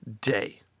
day